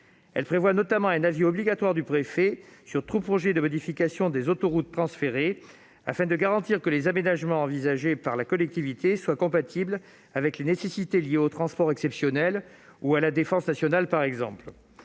Elle prévoit notamment un avis obligatoire du préfet sur tout projet de modification des autoroutes, afin de garantir que les aménagements envisagés par la collectivité soient compatibles avec les nécessités liées aux transports exceptionnels ou à la défense nationale, par exemple.